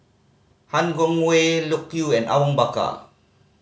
Han Guangwei Loke Yew and Awang Bakar